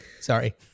Sorry